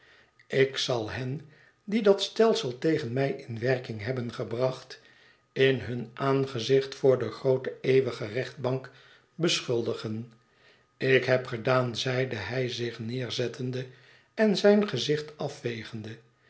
ik zal hen die dat stelsel tegen mij in werking hebben gebracht in hun aangezicht voor de groote eeuwige rechtbank beschuldigen ik heb gedaan zeide hij zich neerzettende en zijn gezicht afvegende